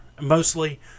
Mostly